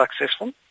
successful